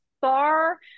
far